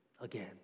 Again